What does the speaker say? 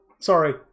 Sorry